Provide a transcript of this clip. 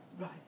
Right